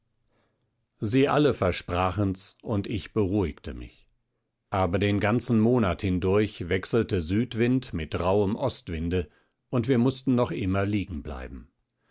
sie alle versprachen's und ich beruhigte mich aber den ganzen monat hindurch wechselte südwind mit rauhem ostwinde und wir mußten noch immer